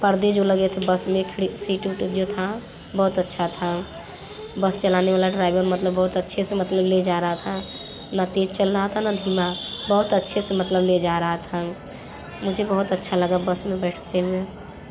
पर्दे जो लगे थे बस खिड़की सीटों पर जो था बहुत अच्छा था बस चलाने वाला ड्राइवर मतलब बहुत अच्छे से मतलब ले जा रहा था ना तेज़ चल रहा था ना धीमा बहुत अच्छे से मतलब ले जा रहा था मुझे बहुत अच्छा लगा बस में बैठते हुए